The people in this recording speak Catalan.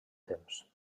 temps